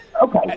Okay